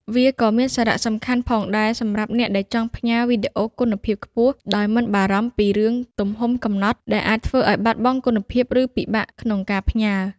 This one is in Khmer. វាក៏មានសារៈសំខាន់ផងដែរសម្រាប់អ្នកដែលចង់ផ្ញើ វីដេអូគុណភាពខ្ពស់ ដោយ មិនបារម្ភពីរឿងទំហំកំណត់ ដែលអាចធ្វើឱ្យបាត់បង់គុណភាព ឬពិបាកក្នុងការផ្ញើ។